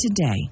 Today